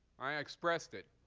i expressed it.